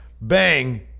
Bang